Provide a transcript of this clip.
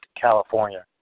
California